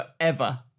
forever